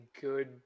good